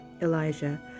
Elijah